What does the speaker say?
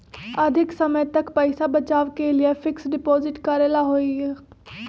अधिक समय तक पईसा बचाव के लिए फिक्स डिपॉजिट करेला होयई?